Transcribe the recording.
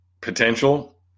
potential